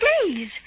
please